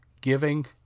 giving